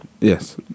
Yes